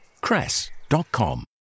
cress.com